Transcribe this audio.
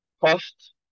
cost